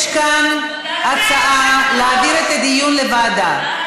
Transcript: יש כאן הצעה להעביר את הדיון לוועדה.